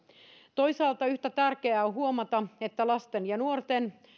toisaalta yhtä tärkeää on huomata että lasten ja nuorten